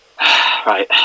Right